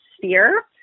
sphere